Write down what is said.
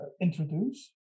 introduce